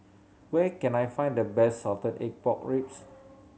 where can I find the best salted egg pork ribs